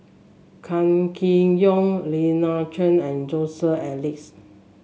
Kam Kee Yong Lina Chiam and Joseph Elias